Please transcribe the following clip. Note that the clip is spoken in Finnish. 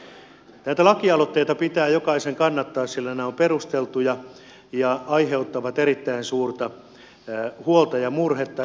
näitä lakialoitteita pitää jokaisen kannattaa sillä ne ovat perusteltuja ja pikavipit aiheuttavat erittäin suurta huolta ja murhetta